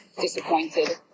disappointed